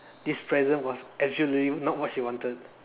this present was actually not what she wanted